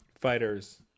Fighters